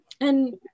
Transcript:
And-